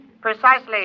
Precisely